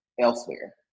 elsewhere